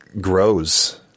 grows